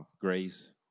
Grace